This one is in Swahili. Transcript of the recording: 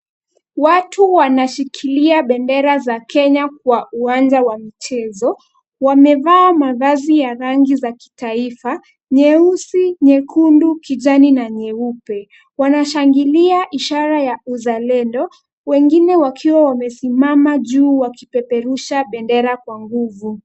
Watu wanashikilia bendera za Kenya kwa uwanja wa michezo, wamevaa mavazi ya rangi za kitaifa, nyeusi, nyekundu, kijani na nyeupe. Wanashangilia ishara ya uzalendo, wengine wakiwa wamesimama juu wakipeperusha bendera kwa nguvu.